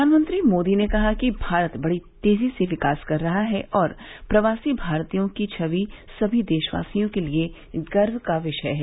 प्रधानमंत्री मोदी ने कहा कि भारत बड़ी तेजी से विकास कर रहा है और प्रवासी भारतीयों की छवि सभी देशवासियों के लिए गर्व का विषय है